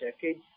decades